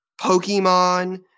Pokemon